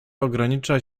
ograniczał